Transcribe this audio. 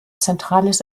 zentrales